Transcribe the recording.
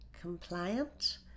compliant